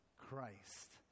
Christ